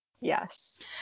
Yes